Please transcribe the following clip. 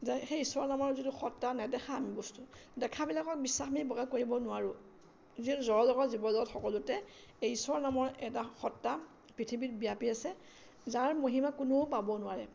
যে সেই ঈশ্বৰৰ নামৰ যিটো সত্তা নেদেখা বস্তু দেখাবিলাকক আমি বিশ্বাস বৰকৈ কৰিব নোৱাৰোঁ যিহেতু জড় জগত জীৱ জগত সকলোতে এই ঈশ্বৰ নামৰ এটা সত্তা পৃথিৱীত ব্যাপী আছে যাৰ মহিমা কোনেও পাব নোৱাৰে